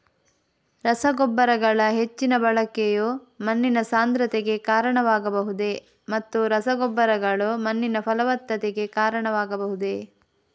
ರಸಗೊಬ್ಬರಗಳ ಹೆಚ್ಚಿನ ಬಳಕೆಯು ಮಣ್ಣಿನ ಸಾಂದ್ರತೆಗೆ ಕಾರಣವಾಗಬಹುದೇ ಮತ್ತು ರಸಗೊಬ್ಬರಗಳು ಮಣ್ಣಿನ ಫಲವತ್ತತೆಗೆ ಕಾರಣವಾಗಬಹುದೇ?